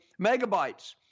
megabytes